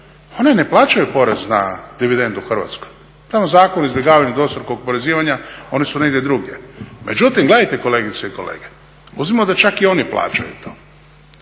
one ne plaćaju porez na dividendu u Hrvatskoj. Prema Zakonu o izbjegavanju dvostrukog oporezivanja ondje su negdje drugdje. Međutim gledajte kolegice i kolege, uzmimo da čak i oni plaćaju to.